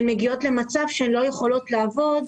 הן מגיעות למצב שהן לא יכולות לעבוד